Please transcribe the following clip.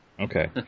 Okay